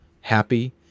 happy